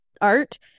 art